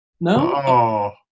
No